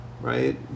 right